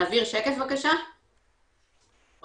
מה